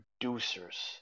producers